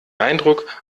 eindruck